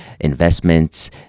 investments